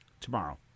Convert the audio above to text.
Tomorrow